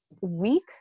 week